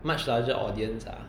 much larger audience ah